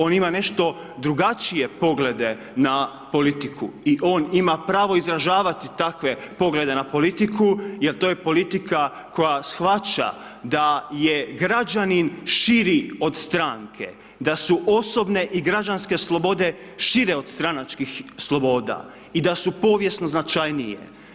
On ima nešto drugačije poglede na politiku i on ima pravo izražavati takve poglede na politiku jel to je politika koja shvaća da je građanin širi od stranke, da su osobne i građanske slobode šire od stranačkih sloboda i da su povijesno značajnije.